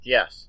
Yes